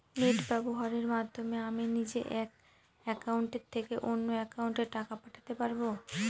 Net ব্যবহারের মাধ্যমে আমি নিজে এক অ্যাকাউন্টের থেকে অন্য অ্যাকাউন্টে টাকা পাঠাতে পারব?